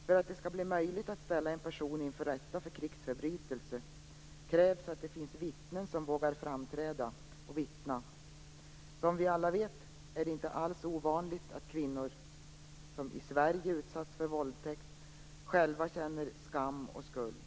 För att det skall bli möjligt att ställa en person inför rätta för krigsförbrytelse krävs att det finns vittnen som vågar framträda och vittna. Som vi alla vet är det inte alls ovanligt att kvinnor som i Sverige utsatts för våldtäkt själva känner skam och skuld.